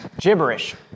gibberish